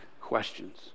questions